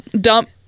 dump